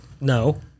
No